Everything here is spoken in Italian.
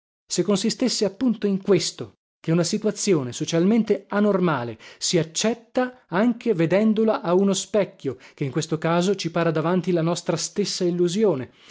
morire se consistesse appunto in questo che una situazione socialmente anormale si accetta anche vedendola a uno specchio che in questo caso ci para davanti la nostra stessa illusione